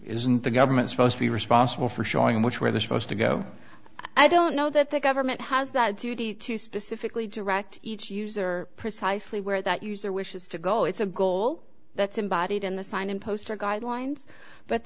isn't the government supposed to be responsible for showing which where they're supposed to go i don't know that the government has that duty to specifically direct each user precisely where that user wishes to go it's a goal that's embodied in the sign and poster guidelines but